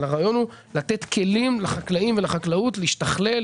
אבל הרעיון הוא לתת כלים לחקלאים ולחקלאות להשתכלל,